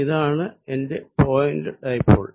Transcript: ഇതാണ് എന്റെ point dipole